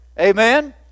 Amen